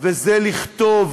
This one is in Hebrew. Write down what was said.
וזה לכתוב.